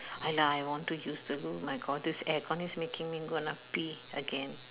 !aiya! I want to use the room my god this aircon is making me gonna pee again